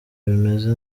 bimeze